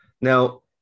Now